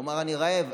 הוא אמר: אני רעב,